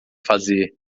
fazer